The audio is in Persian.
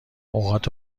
اوقات